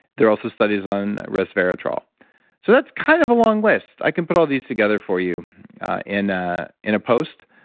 there are also studies on resveratrol so that's kind of a long list. i can put all these together for you in ah in a post,